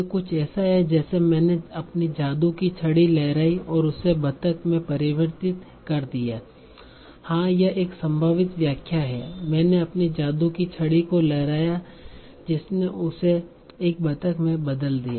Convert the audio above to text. यह कुछ ऐसा है जैसे मैंने अपनी जादू की छड़ी लहराई और उसे बतख में परिवर्तित कर दिया हाँ यह एक संभावित व्याख्या है मैंने अपनी जादू की छड़ी को लहराया जिसने उसे एक बतख में बदल दिया